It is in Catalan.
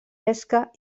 pesca